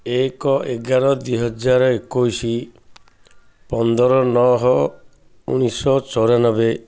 ଏକ ଏଗାର ଦିହଜାର ଏକୋଇଶି ପନ୍ଦର ନଅ ଉଣେଇଶ ଚଉରାନବେ